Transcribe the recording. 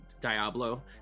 Diablo